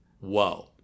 Whoa